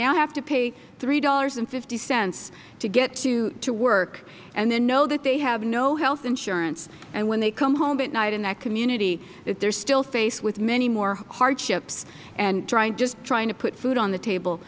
now have to pay three dollars fifty cents to get to work and then know that they have no health insurance and when they come home at night in that community that they are still faced with many more hardships just trying to put food on the table